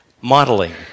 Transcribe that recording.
Modeling